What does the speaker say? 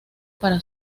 para